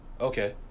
Okay